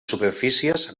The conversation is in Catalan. superfícies